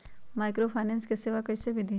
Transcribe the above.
Microfinance के सेवा कइसे विधि?